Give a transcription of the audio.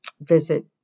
visit